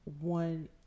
one